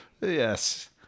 Yes